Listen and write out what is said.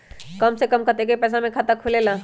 कम से कम कतेइक पैसा में खाता खुलेला?